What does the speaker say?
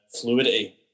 fluidity